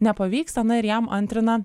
nepavyksta na ir jam antrina